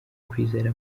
kwizera